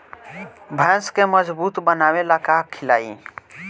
भैंस के मजबूत बनावे ला का खिलाई?